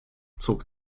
zog